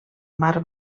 mar